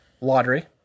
lottery